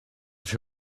fer